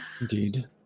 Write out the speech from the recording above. indeed